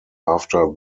after